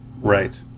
Right